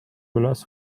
üles